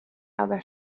other